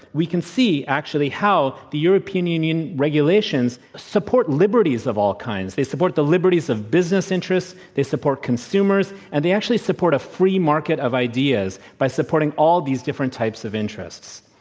we can see, actually, how the european union regulations actually support liberties of all kinds. they support the liberties of business interests, they support consumers, and they actually support a free market of ideas by supporting all these different types of interests.